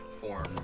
form